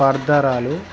పదార్థాలు